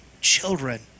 children